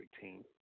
team